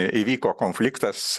įvyko konfliktas